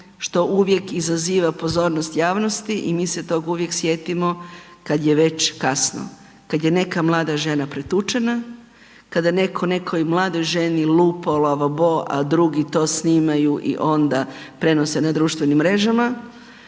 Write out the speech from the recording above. što uvijek izaziva pozornost javnosti i mi se tog uvijek sjetimo kad je već kasno. Kad je neka mlada žena pretučena, kada netko nekoj mladoj ženi lupa o lavabo, a drugi to snimanju i onda prenose na društvenim mrežama,